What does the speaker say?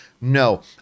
no